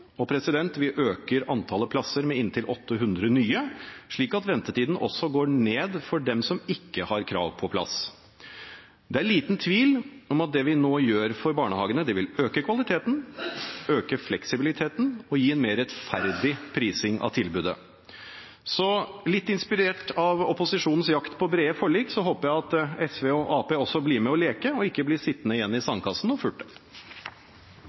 og vi øker antallet plasser med inntil 800 nye, slik at ventetiden også går ned for dem som ikke har krav på plass. Det er liten tvil om at det vi nå gjør for barnehagene, vil øke kvaliteten, øke fleksibiliteten og gi en mer rettferdig prising av tilbudet. Litt inspirert av opposisjonens jakt på brede forlik, så håper jeg at SV og Arbeiderpartiet blir med og leker og ikke blir sittende igjen i sandkassen og furte.